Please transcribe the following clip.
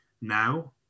now